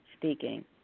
speaking